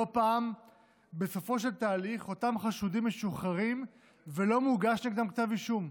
לא פעם בסופו של התהליך אותם חשודים משוחררים ולא מוגש נגדם כתב אישום,